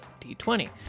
D20